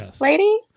lady